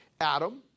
Adam